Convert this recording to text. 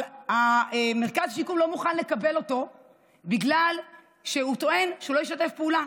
אבל מרכז השיקום לא מוכן לקבל אותו בגלל שהוא טוען שהוא לא ישתף פעולה.